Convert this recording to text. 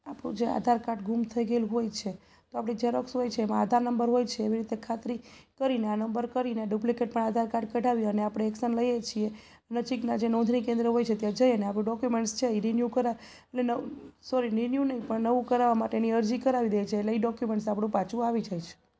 આપનું જે આધારકાર્ડ ગુમ થઈ ગયેલું હોય છે તો આપણી ઝેરોક્ષ હોય છે એમાં આધાર નંબર હોય છે એવી રીતે ખાતરી કરીને આ નંબર કરીને ડુપ્લિકેટ પણ આધારકાર્ડ કઢાવી અને આપણે એક્શન લઈએ છીએ નજીકના જે નોંધણી કેન્દ્ર હોય છે ત્યાં જઈ અને આપણું ડોક્યુમેન્ટ્સ છે એ રીન્યુ કરા ને સોરી રીન્યુ નહીં પણ નવું કરાવવા માટેની અરજી કરાવી દે છે એટલે એ ડોક્યુમેન્ટ્સ આપણું પાછું આવી જાય છે